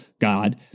God